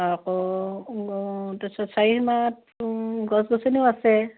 আকৌ তাৰপিছত চাৰিসীমাত গছ গছনিও আছে